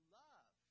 love